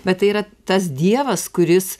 bet tai yra tas dievas kuris